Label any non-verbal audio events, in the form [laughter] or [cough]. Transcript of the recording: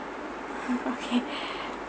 [noise] okay